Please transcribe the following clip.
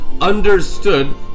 understood